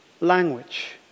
language